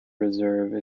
reserve